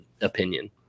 opinion